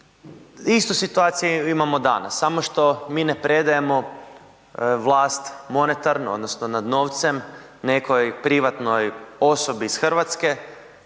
istu situaciju imamo danas samo što mi ne predajemo vlast monetarno odnosno nad novcem nekoj privatnoj osobi iz Hrvatske